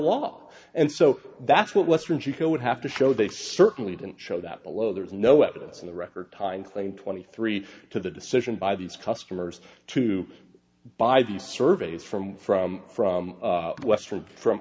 law and so that's what western jiko would have to show they certainly didn't show that below there's no evidence in the record time claim twenty three to the decision by these customers to buy these surveys from from from western from